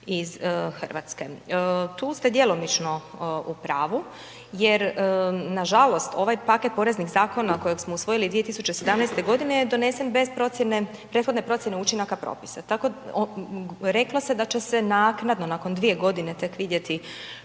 iz Hrvatske. Tu ste djelomično u pravu jer nažalost ovaj paket poreznih zakona kojeg smo usvojili 2017. godine je donesen bez procjene, prethodne procjene učinaka propisa. Tako da, reklo se da će se naknadno nakon dvije godine tek vidjeti